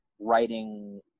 writing